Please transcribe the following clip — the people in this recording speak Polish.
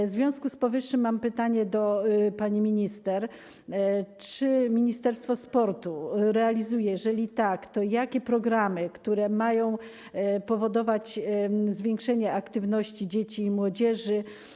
W związku z powyższym mam pytanie do pani minister: Czy Ministerstwo Sportu realizuje - a jeżeli tak, to jakie - programy, które mają powodować zwiększenie aktywności dzieci i młodzieży?